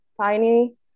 tiny